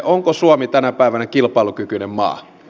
onko suomi tänä päivänä kilpailukykyinen maa